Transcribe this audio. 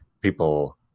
people